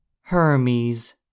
Hermes